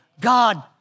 God